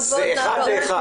אחד לאחד.